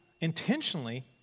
intentionally